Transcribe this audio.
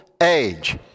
age